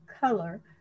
color